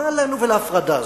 ומה לנו ולהפרדה הזאת,